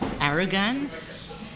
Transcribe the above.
arrogance